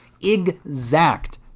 exact